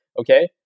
Okay